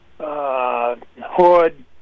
hood